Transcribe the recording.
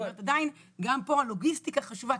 אני אומרת, עדיין, גם פה הלוגיסטיקה חשובה.